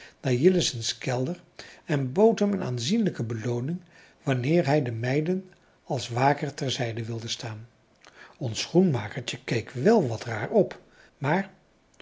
naar jillessen's kelder en bood hem een aanzienlijke belooning wanneer hij de meiden als waker ter zijde wilde staan ons schoenmakertje keek wel wat raar op maar